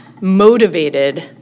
motivated